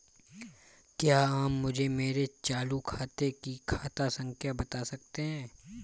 क्या आप मुझे मेरे चालू खाते की खाता संख्या बता सकते हैं?